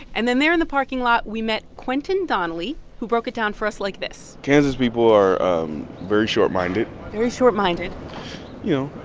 and then there in the parking lot, we met quentin donnelly, who broke it down for us like this kansas people are very short-minded very short-minded you know,